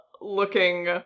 looking